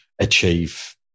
achieve